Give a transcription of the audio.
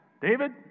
David